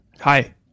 hi